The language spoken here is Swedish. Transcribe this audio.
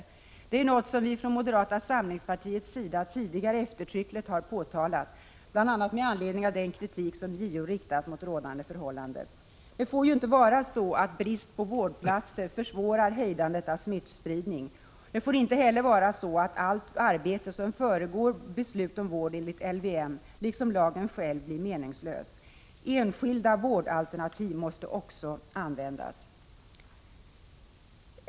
Detta är något som vi från moderata samlingspartiets sida tidigare eftertryckligt framhållit, bl.a. med anledning av den kritik som JO har riktat mot rådande förhållanden. Det får inte vara så att brist på vårdplatser försvårar hejdandet av smittspridning. Det får inte heller vara så att allt arbete som föregår beslut om vård enligt LVM liksom lagen själv blir någonting meningslöst. Enskilda vårdalternativ måste också tas i anspråk.